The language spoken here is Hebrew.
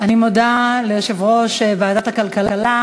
אני מודה ליושב-ראש ועדת הכלכלה,